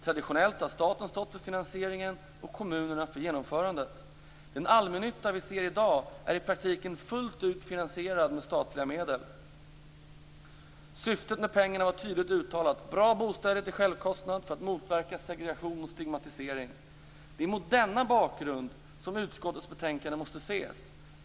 Traditionellt har staten stått för finansieringen och kommunerna för genomförandet. Den allmännytta som vi i dag ser är i praktiken fullt ut finansierad med statliga medel. Syftet med pengarna har tydligt uttalats: bra bostäder till självkostnad för att motverka segregation och stigmatisering. Det är mot den bakgrunden som utskottets betänkande måste ses.